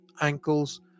ankles